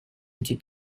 into